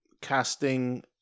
casting